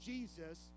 Jesus